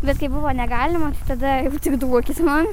bet kai buvo negalima tada tik duokit man